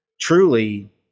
truly